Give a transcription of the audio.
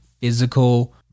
physical